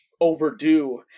overdue